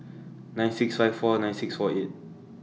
nine six five four nine six four eight